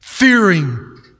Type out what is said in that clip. Fearing